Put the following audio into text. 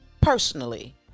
personally